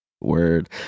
word